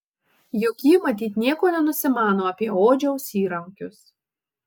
juk ji matyt nieko nenusimano apie odžiaus įrankius